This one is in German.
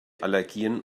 allergien